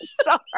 Sorry